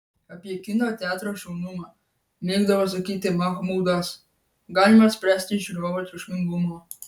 apie kino teatro šaunumą mėgdavo sakyti mahmudas galima spręsti iš žiūrovų triukšmingumo